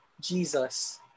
Jesus